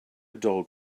dog